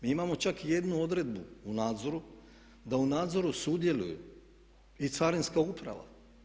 Mi imamo čak i jednu odredbu u nadzoru, da u nadzoru sudjeluju i Carinska uprava.